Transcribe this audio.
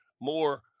more